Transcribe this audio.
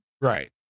right